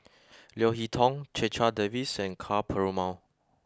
Leo Hee Tong Checha Davies and Ka Perumal